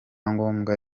ngombwa